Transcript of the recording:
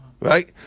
right